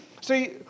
see